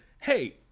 hey